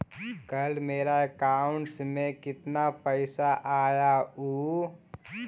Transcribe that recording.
कल मेरा अकाउंटस में कितना पैसा आया ऊ?